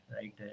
right